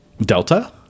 Delta